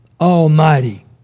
Almighty